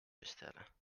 bestellen